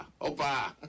Opa